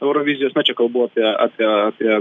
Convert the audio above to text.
eurovizijos na čia kalbu apie apie apie